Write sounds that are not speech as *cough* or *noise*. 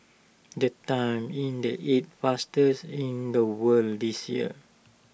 the time in the eighth *unintelligible* in the world this year